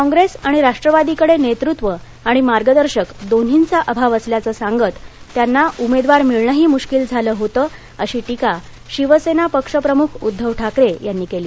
काँप्रेस आणि राष्ट्रवादीकडे नेतृत्व आणि मार्गदर्शक दोन्हींचा अभाव असल्याचं सांगत त्यांना उमेदवार मिळणंही मुश्कील झालं होतं अशी टीका शिवसेना पक्ष प्रमुख उद्धव ठाकरे यांनी केली